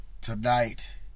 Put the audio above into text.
Tonight